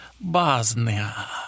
Bosnia